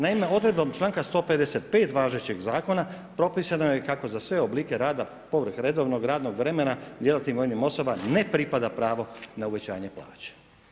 Naime, odredbom članka 155. važećeg zakona propisano je kako za sve oblike rada povrh redovnog radnog vremena djelatnim vojnim osobama ne pripada pravo na uvećanje plaće.